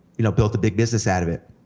you know, built a big business out of it.